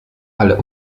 ale